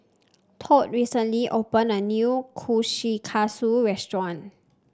Todd recently opened a new Kushikatsu Restaurant